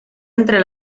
entre